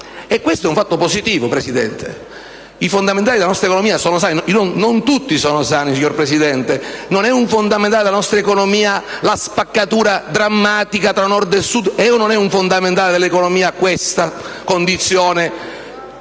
E questo è un fatto positivo, Presidente. I fondamentali della nostra economia sono sani? Non tutti sono sani, signor Presidente. Non è un fondamentale della nostra economia la spaccatura drammatica tra Nord e Sud? È o non è un fondamentale dell'economia questa condizione